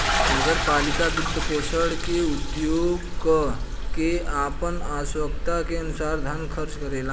नगर पालिका वित्तपोषण के उपयोग क के आपन आवश्यकता के अनुसार धन खर्च करेला